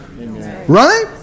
Right